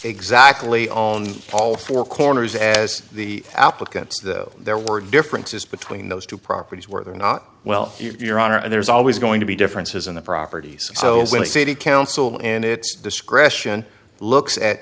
exactly on all four corners as the applicants though there were differences between those two properties were there not well your honor and there's always going to be differences in the properties so when the city council and its discretion looks at